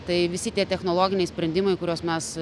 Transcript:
tai visi tie technologiniai sprendimai kuriuos mes